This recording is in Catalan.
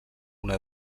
una